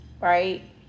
right